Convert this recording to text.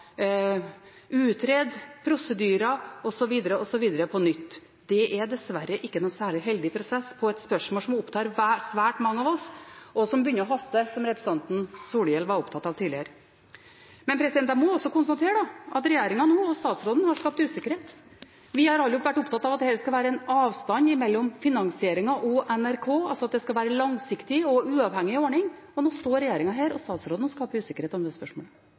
prosedyrer osv. på nytt. Det er dessverre ikke noen særlig heldig prosess for et spørsmål som opptar svært mange av oss – og det begynner å haste, som representanten Solhjell var opptatt av tidligere. Jeg må også konstatere at regjeringen og statsråden nå har skapt usikkerhet. Vi har alle vært opptatt av at det skal være en avstand mellom finansieringen og NRK, altså at det skal være en langsiktig og uavhengig ordning. Og nå står regjeringen og statsråden her og skaper usikkerhet om det spørsmålet.